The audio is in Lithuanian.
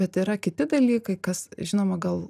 bet yra kiti dalykai kas žinoma gal